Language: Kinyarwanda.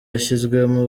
yashyizwemo